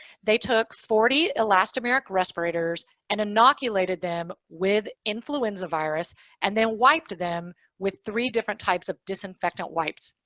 they took forty elastomeric respirators and inoculated them with influenza virus and then wiped them with three different types of disinfectant wipes.